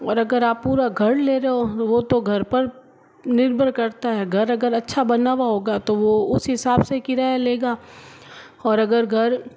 और अगर आप पूरा घर ले रहे हो वह तो घर पर निर्भर करता है घर अगर अच्छा बनवा होगा तो वह उस हिसाब से किराया लेगा और अगर घर